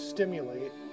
Stimulate